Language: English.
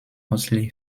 mostly